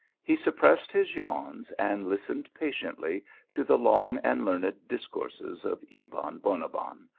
he suppressed his yawns, and listened patiently to the long and learned dis courses of ebon bonabbon,